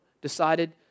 decided